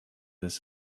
this